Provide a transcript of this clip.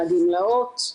על הגמלאות.